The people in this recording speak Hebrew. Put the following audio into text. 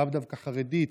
לאו דווקא חרדי,